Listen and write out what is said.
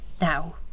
Now